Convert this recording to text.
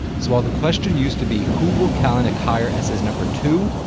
so while the question used to be who will kalanick hire as his number two?